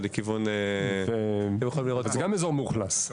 זה גם אזור מאוכלס?